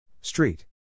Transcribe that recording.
Street